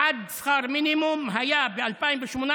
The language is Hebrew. עד שכר מינימום היה ב-2018,